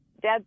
Dad